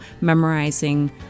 memorizing